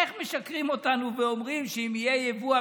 איך משקרים לנו ואומרים שאם יהיה ייבוא,